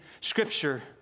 scripture